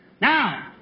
Now